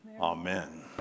Amen